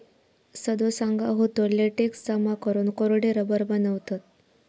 सदो सांगा होतो, लेटेक्स जमा करून कोरडे रबर बनवतत